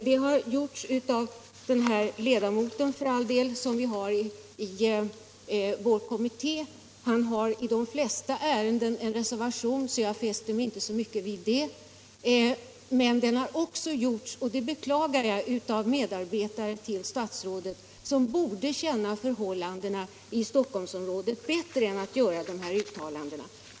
Sådana uttalanden har bl.a. gjorts av en av ledamöterna i vår kommitté, men han har i de flesta ärenden en reservation, så jag fäster mig inte så mycket vid det. Uttalandena har emellertid också gjorts — och det beklagar jag — av medarbetare till statsrådet som borde känna till förhållandena bättre och inte uttala sig på sådant sätt.